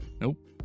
Nope